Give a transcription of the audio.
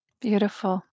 Beautiful